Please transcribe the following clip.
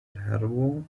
herbo